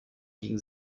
gegen